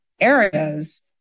areas